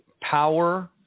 power